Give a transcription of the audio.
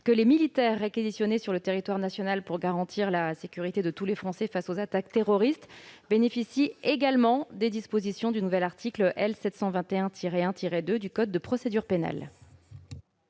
que les militaires réquisitionnés sur le territoire national pour garantir la sécurité de tous les Français face aux attaques terroristes bénéficient également des dispositions du nouvel article L. 721-1-2 du code de procédure pénale.